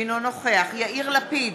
אינו נוכח יאיר לפיד,